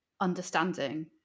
understanding